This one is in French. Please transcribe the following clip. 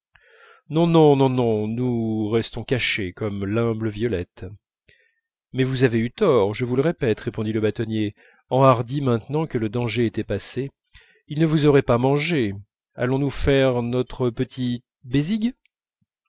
non non non non nous restons cachés comme l'humble violette mais vous avez eu tort je vous le répète répondit le bâtonnier enhardi maintenant que le danger était passé ils ne vous auraient pas mangés allons-nous faire notre petit